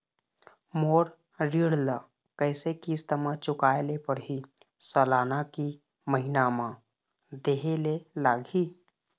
मोर ऋण ला कैसे किस्त म चुकाए ले पढ़िही, सालाना की महीना मा देहे ले लागही?